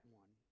one